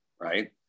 right